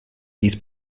dies